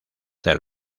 del